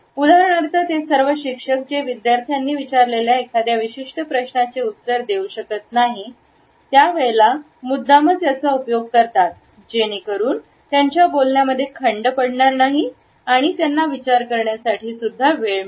उदाहरणार्थ ते सर्व शिक्षक जे विद्यार्थ्यांनी विचारलेल्या एखाद्या विशिष्ट प्रश्नाचे उत्तर देऊ शकत नाही ही त्याच्या वेळेला मुद्दामच याचा उपयोग करतात जेणेकरून त्यांच्या बोलण्यामध्ये खंड पडणार नाही ही आणि त्यांना विचार करण्यासाठी सुद्धा वेळ मिळेल